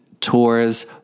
tours